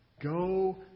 Go